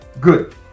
good